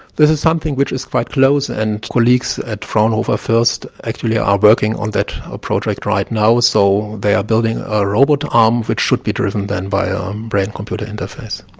this is something which is quite close and colleagues at frauenhofer first actually are working on that ah project right now, so they are building a robot arm which should be driven then by a um brain computer interface.